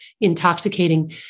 intoxicating